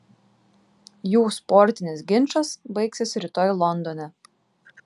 jų sportinis ginčas baigsis rytoj londone